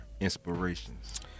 inspirations